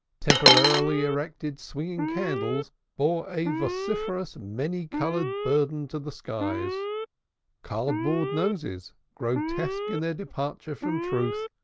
temporarily erected swinging cradles bore a vociferous many-colored burden to the skies cardboard noses, grotesque in their departure from truth,